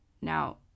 Now